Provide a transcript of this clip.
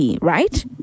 right